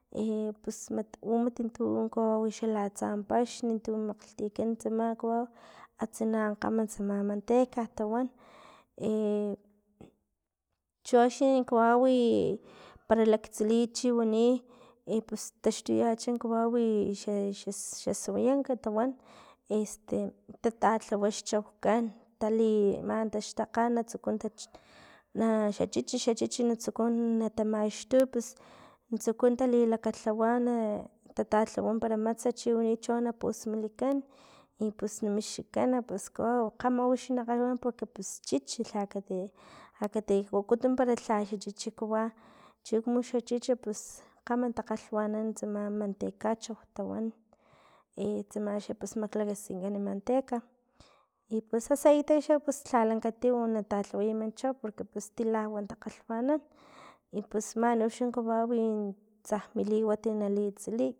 pus mat u mat tu kawawi xalak atsa paxn tu maktikan tsama kawawi atsina kgam tsama manteca tawan, choxi kawawi ipara laktsiliy chiwani pus taxtuyach kawawi xa- xa- xaswayank tawan este tatalhawa xchaukan tali taxtakga tsuku ta xa chichi xa chichi natsuku natamaxtu pus natsuku talhawa tatalhawa para matsat para chiwani no na pusmilikan i pus na mixkikan pus kawau kgama wixi nawayana porque pus chichi lha kati- lha kati wankun para lha xa chichikawa, chino como xa chichi pus kgama takgalhwanan tsama mantekachau tawan tsama xa maklakaskinkan manteca, i pus aceite xa lha lhalan katiw talhaway min chau porque pus stakgaw takgalhwanan i pus man uxan kawawi tsam miliwat nali tsiliy.